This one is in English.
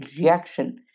reaction